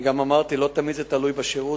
גם אמרתי שלא תמיד זה תלוי בשירות,